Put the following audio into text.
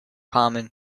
common